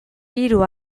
hiru